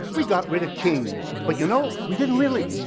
we got rid of kings. but you know, we didn't really.